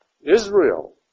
Israel